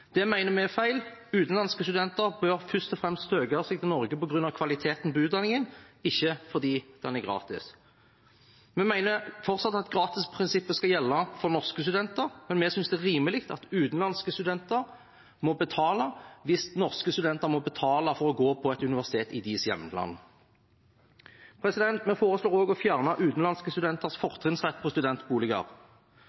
Det mener vi er feil. Utenlandske studenter bør først og fremst søke seg til Norge på grunn av kvaliteten på utdanningen, ikke fordi den er gratis. Vi mener fortsatt at gratisprinsippet skal gjelde for norske studenter, men vi synes det er rimelig at utenlandske studenter må betale hvis norske studenter må betale for å gå på et universitet i deres hjemland. Vi foreslår også å fjerne utenlandske studenters